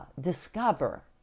discover